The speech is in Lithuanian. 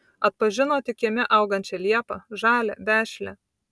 atpažino tik kieme augančią liepą žalią vešlią